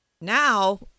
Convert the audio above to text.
now